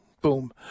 boom